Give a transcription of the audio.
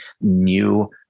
new